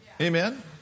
Amen